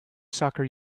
soccer